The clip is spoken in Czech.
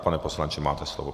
Pane poslanče, máte slovo.